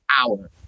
hour